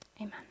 Amen